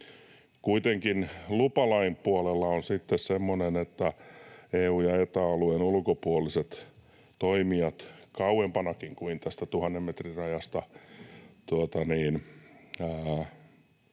Kuitenkin lupalain puolella on sitten semmoinen, että EU- ja Eta-alueen ulkopuoliset toimijat kauempanakin kuin tästä 1 000 metrin rajasta